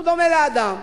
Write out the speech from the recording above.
הוא דומה לאדם